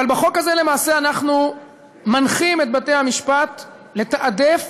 אבל בחוק הזה למעשה אנחנו מנחים את בתי-המשפט לתעדף